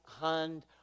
hand